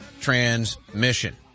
transmission